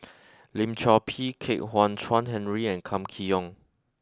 Lim Chor Pee Kwek Hian Chuan Henry and Kam Kee Yong